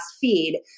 feed